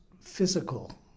physical